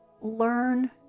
learn